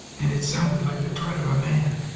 and it sounded like the tread of a man!